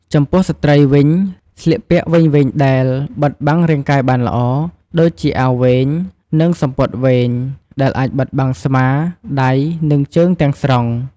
ចំពោះស្ត្រីវិញ៖ ស្លៀកពាក់វែងៗដែល បិទបាំងរាងកាយបានល្អ ដូចជាអាវវែង និងសំពត់វែង ដែលអាចបិទបាំងស្មា ដៃ និងជើងទាំងស្រុង។